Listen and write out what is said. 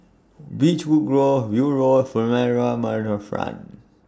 Beechwood Grove View Road Furama Riverfront